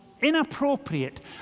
inappropriate